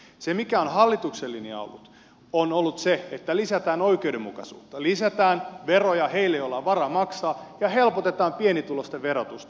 se mikä on hallituksen linja ollut on se että lisätään oikeudenmukaisuutta lisätään veroja heille joilla on varaa maksaa ja helpotetaan pienituloisten verotusta